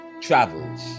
travels